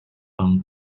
from